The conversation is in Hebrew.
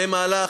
זה מהלך,